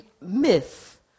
myth